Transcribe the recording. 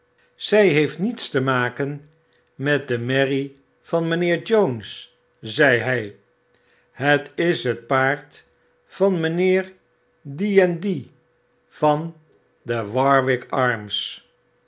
zy heeft niets te maken met de merrie van mynheer jones zei hy het is het paard van mynheer die en die van de warwick arms